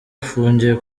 afungiye